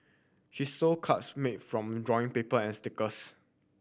she sold cards made from drawing paper and stickers